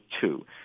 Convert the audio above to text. two